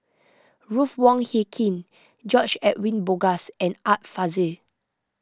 Ruth Wong Hie King George Edwin Bogaars and Art Fazil